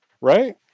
right